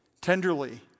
tenderly